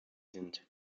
sind